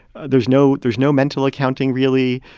there's no there's no mental accounting, really.